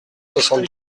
soixante